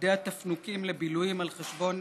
ילדי התפנוקים לבילויים על חשבון